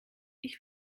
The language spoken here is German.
ich